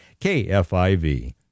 KFIV